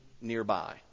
nearby